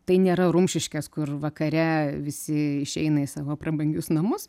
tai nėra rumšiškės kur vakare visi išeina į savo prabangius namus